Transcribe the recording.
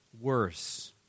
worse